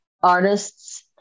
artists